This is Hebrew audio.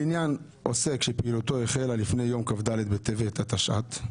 לעניין עוסק שפעילותו החלה לפני יום כ"ד בטבת התשע"ט,